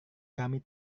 kami